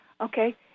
okay